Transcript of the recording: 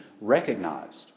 recognized